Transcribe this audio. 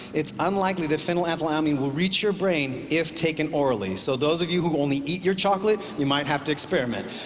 it's unlikely that phenethylamine will reach your brain if taken orally. so those of you who only eat your chocolate, you might have to experiment.